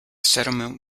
settlement